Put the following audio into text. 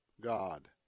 God